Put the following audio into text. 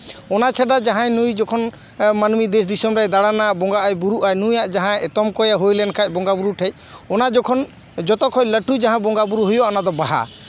ᱚᱱᱟ ᱪᱷᱟᱰᱟ ᱱᱩᱭ ᱡᱚᱠᱷᱚᱱ ᱢᱟᱹᱱᱢᱤ ᱫᱮᱥ ᱫᱤᱥᱳᱢ ᱨᱮᱭ ᱫᱟᱬᱟᱱᱟ ᱵᱚᱸᱜᱟᱜ ᱟᱭ ᱵᱩᱨᱩᱜ ᱟᱭ ᱱᱩᱭᱟᱜ ᱡᱟᱦᱟᱸ ᱮᱛᱚᱢ ᱠᱚᱸᱭᱮ ᱦᱩᱭ ᱞᱮᱱᱠᱷᱟᱱ ᱵᱚᱸᱜᱟᱼᱵᱩᱨᱩ ᱴᱷᱮᱱ ᱚᱱᱟ ᱡᱚᱠᱷᱚᱱ ᱡᱚᱛᱚᱠᱷᱚᱱ ᱞᱟᱹᱴᱩ ᱡᱟᱦᱟᱸ ᱵᱚᱸᱜᱟᱼᱵᱩᱨᱩ ᱦᱩᱭᱩᱜᱼᱟ ᱚᱱᱟ ᱫᱚ ᱵᱟᱦᱟ